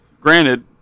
Granted